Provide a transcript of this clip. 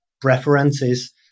Preferences